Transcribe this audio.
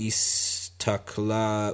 Istakla